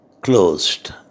closed